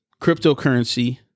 cryptocurrency